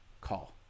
call